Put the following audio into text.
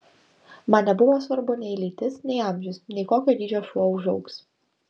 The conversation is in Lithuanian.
man nebuvo svarbu nei lytis nei amžius nei kokio dydžio šuo užaugs